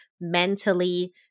mentally